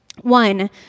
One